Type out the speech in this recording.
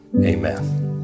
Amen